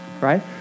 right